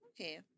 Okay